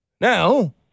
Now